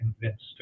convinced